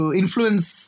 influence